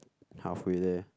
halfway there